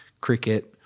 cricket